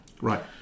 right